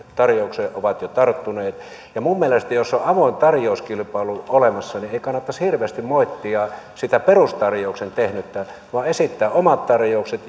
tarjoukseen ovat jo tarttuneet minun mielestäni jos on avoin tarjouskilpailu olemassa niin ei kannattaisi hirveästi moittia sitä perustarjouksen tehnyttä vaan esittää omat tarjoukset